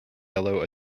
yellow